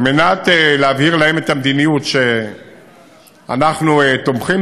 כדי להבהיר להם את המדיניות שאנחנו תומכים